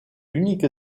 unique